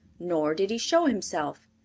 nor did he show himself.